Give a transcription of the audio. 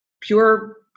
Pure